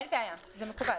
אין בעיה, זה מקובל.